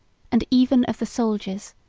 and even of the soldiers,